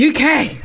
UK